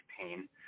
pain